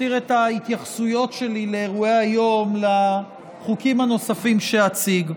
אותיר את ההתייחסויות שלי לאירועי היום לחוקים הנוספים שאציג.